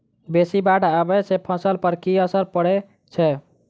बेसी बाढ़ आबै सँ फसल पर की असर परै छै?